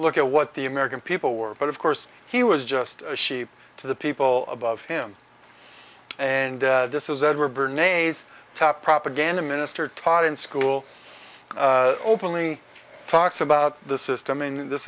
look at what the american people were but of course he was just a sheep to the people above him and this is edward bernays top propaganda minister taught in school openly talks about the system in this